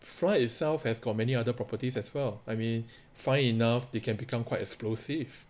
flour itself has got many other properties as well I mean fine enough they can become quite explosive